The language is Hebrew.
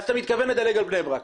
אז אתה מתכוון לדלג על בני ברק.